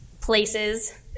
places